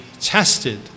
tested